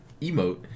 emote